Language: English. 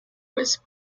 was